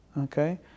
okay